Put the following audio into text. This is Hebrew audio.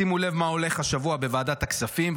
שימו לב מה הולך השבוע בוועדת הכספים.